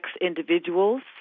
individuals